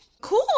Cool